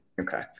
Okay